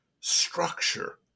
structure